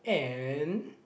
and